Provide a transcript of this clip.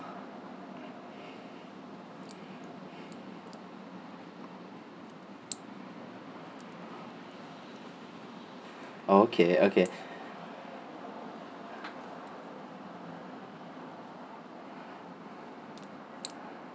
okay okay